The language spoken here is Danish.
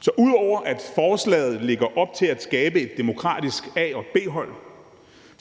Så ud over at forslaget lægger op til at skabe et demokratisk A- og B-hold,